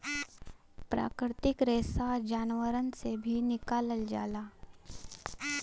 प्राकृतिक रेसा जानवरन से भी निकालल जाला